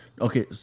Okay